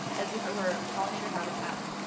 as if it were pollinator habitat.